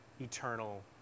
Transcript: eternal